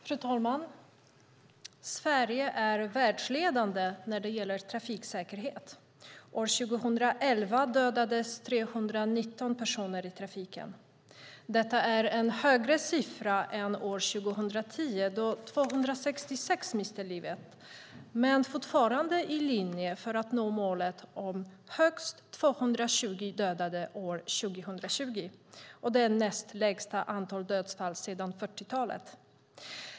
Fru talman! Sverige är världsledande när det gäller trafiksäkerhet. År 2011 dödades 319 personer i trafiken. Detta är en högre siffra än år 2010 då 266 personer miste livet, men fortfarande i linje med att nå målet av högst 220 dödade år 2020, och det är det näst lägsta antalet dödsfall sedan 40-talet.